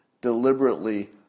deliberately